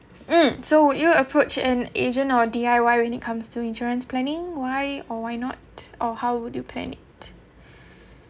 mm so would you approach an agent or D_I_Y when it comes to insurance planning why or why not or how would you plan it